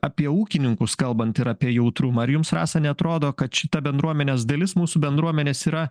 apie ūkininkus kalbant ir apie jautrumą ar jums rasa neatrodo kad šita bendruomenės dalis mūsų bendruomenės yra